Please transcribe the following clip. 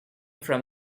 from